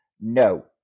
No